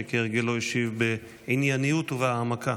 שכהרגלו השיב בענייניות ובהעמקה.